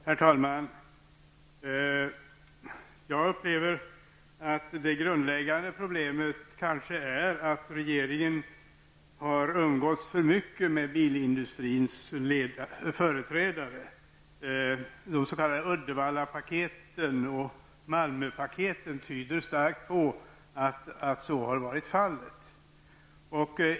Herr talman! Det grundläggande problemet är kanske att regeringen har umgåtts för mycket med bilindustrins företrädare. De s.k. Uddevallapaketen och Malmö-paketen tyder starkt på det.